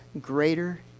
greater